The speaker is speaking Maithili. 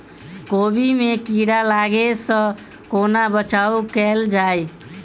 कोबी मे कीड़ा लागै सअ कोना बचाऊ कैल जाएँ?